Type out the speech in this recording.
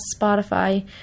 Spotify